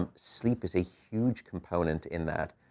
um sleep is a huge component in that.